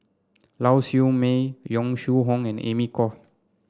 Lau Siew Mei Yong Shu Hoong and Amy Khor